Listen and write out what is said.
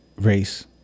race